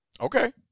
Okay